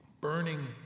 burning